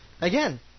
Again